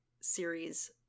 series